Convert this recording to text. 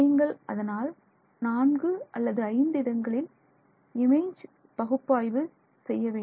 நீங்கள் அதனால் நான்கு அல்லது ஐந்து இடங்களில் இமேஜ் பகுப்பாய்வு பகுப்பாய்வு செய்ய வேண்டும்